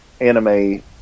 anime